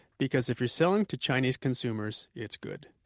because if you're selling to chinese consumers, it's good.